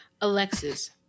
Alexis